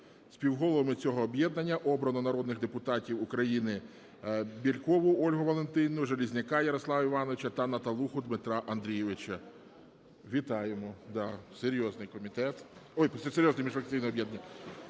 Співголовами цього об'єднання обрано народних депутатів України Бєлькову Ольгу Валентинівну, Железняка Ярослава Івановича та Наталуху Дмитра Андрійовича. Вітаємо. Да, серйозний комітет…